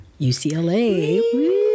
UCLA